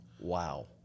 Wow